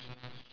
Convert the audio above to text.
oh